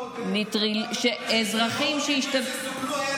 וב-2015 רוב הפיגועים שסוכלו היו על ידי,